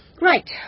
Right